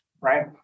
right